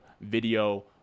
video